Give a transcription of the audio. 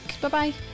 Bye-bye